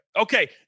Okay